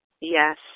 Yes